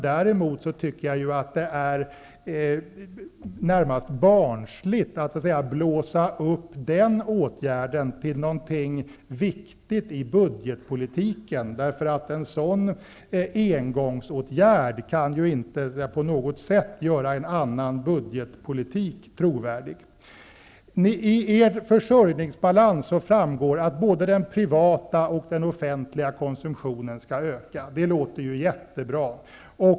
Däremot tycker jag att det är närmast barnsligt att så att säga blåsa upp den åtgärden till någonting viktigt i budgetpolitiken, eftersom en sådan engångsåtgärd inte på något sätt kan göra en annan budgetpolitik trovärdig. Av Socialdemokraternas försörjningsbalans framgår att både den privata och den offentliga konsumtionen skall öka. Det låter ju jättebra.